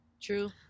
True